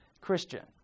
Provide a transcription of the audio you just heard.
Christian